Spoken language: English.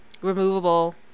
removable